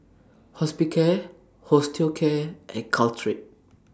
Hospicare Osteocare and Caltrate